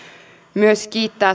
myös kiittää